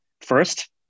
first